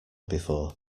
before